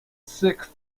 sixth